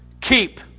Keep